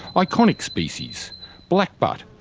iconic species black butt,